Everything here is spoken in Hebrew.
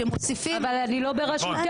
שמוסיפים --- אבל אני לא בראשותה.